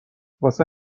واسه